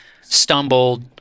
stumbled